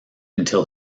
until